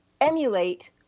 emulate